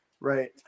Right